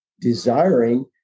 desiring